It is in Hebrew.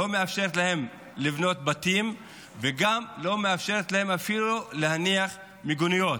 לא מאפשרת להם לבנות בתים וגם לא מאפשרת להם אפילו להניח מיגוניות.